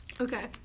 Okay